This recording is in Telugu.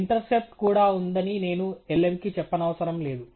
ఇంటర్సెప్ట్ కూడా ఉందని నేను lm కి చెప్పనవసరం లేదు